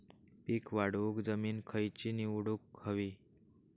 पीक वाढवूक जमीन खैची निवडुक हवी?